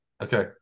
Okay